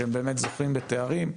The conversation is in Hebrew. שהם באמת זוכים בתארים,